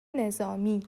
نظامی